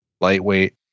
Lightweight